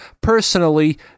personally